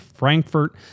Frankfurt